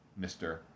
Mr